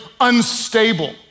unstable